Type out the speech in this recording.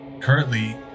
currently